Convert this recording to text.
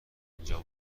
اینجا